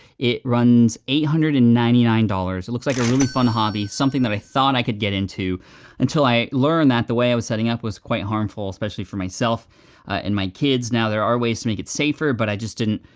it runs eight hundred and ninety nine dollars, it looks like a really fun hobby something that i thought i could get into until i learned that the way i was setting up was quite harmful especially for myself and my kids. now there are ways to make it safer, but i just didn't.